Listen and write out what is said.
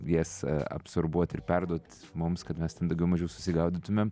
jas absorbuoti ir perduot mums kad mes ten daugiau mažiau susigaudytumėm